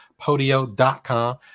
podio.com